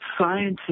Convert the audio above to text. scientists